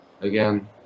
again